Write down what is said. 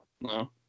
No